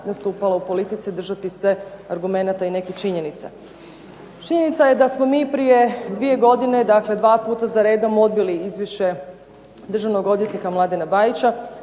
nastupala u politici, držati se argumenata i nekih činjenica. Činjenica je da smo mi prije dvije godine, dakle dva puta za redom, odbili izvješće državnog odvjetnika Mladena Bajića